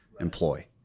employ